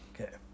Okay